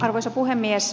arvoisa puhemies